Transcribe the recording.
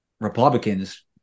Republicans